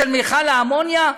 של מכל האמוניה,